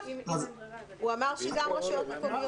הוא אמר שגם רשויות מקומיות.